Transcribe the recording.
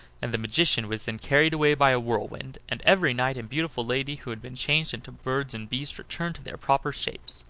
and the magician was then carried away by a whirlwind and every knight and beautiful lady who had been changed into birds and beasts returned to their proper shapes.